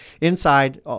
inside